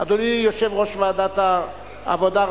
אדוני יושב-ראש ועדת העבודה,